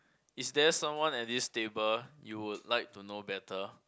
is there someone at this table you would like to know better